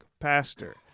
pastor